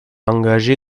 engagé